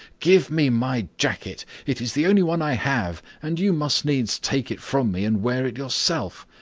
give me my jacket. it is the only one i have, and you must needs take it from me and wear it yourself.